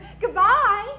Goodbye